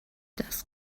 das